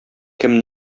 кем